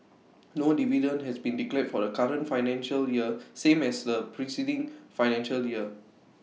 no dividend has been declared for the current financial year same as the preceding financial year